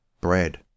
bread